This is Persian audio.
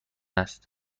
هست